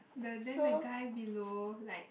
the then the guy below like